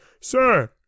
sir